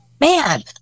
man